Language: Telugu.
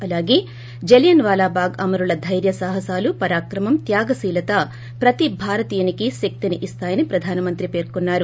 అలాగే జలియన్వాలా బాగ్ అమరుల ధైర్యసాహసాలు పరాక్రమం త్యాగశీలత ప్రతి భారతీయునికి శక్తిని ఇస్తాయని ప్రధాన మంత్రి పెర్కోన్నారు